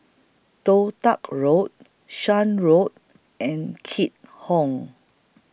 Toh Tuck Road Shan Road and Keat Hong